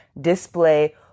display